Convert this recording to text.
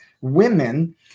Women